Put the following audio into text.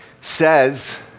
says